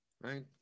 Right